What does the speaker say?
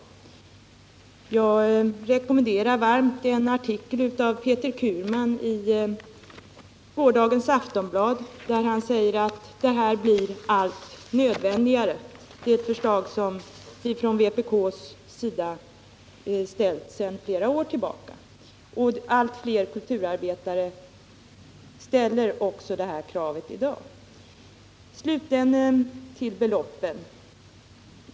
Jag rekommenderar varmt en artikel av Peter Curman i gårdagens Aftonbladet, där han säger att en sådan lag blir allt nödvändigare. Det är ett förslag som vi från vpk:s sida har ställt sedan flera år tillbaka. Allt fler kulturarbetare ställer också det kravet i dag. Slutligen några ord om beloppen.